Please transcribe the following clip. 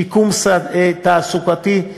שיקום תעסוקתי,